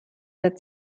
der